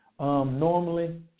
Normally